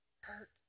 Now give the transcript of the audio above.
hurt